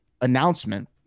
announcement